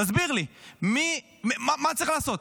תסביר לי, מה צריך לעשות?